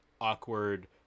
awkward